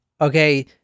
Okay